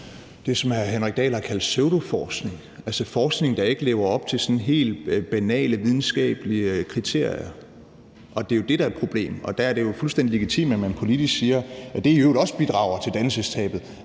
det, som hr. Henrik Dahl har kaldt pseudoforskning, altså forskning, der ikke lever op til sådan helt banale videnskabelige kriterier. Og det er jo det, der er et problem. Og der er det jo fuldstændig legitimt, at man politisk siger, at det i øvrigt også bidrager til dannelsestabet,